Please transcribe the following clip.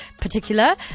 particular